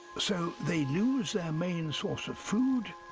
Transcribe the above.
so they lose their main source of food.